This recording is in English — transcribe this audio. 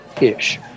ish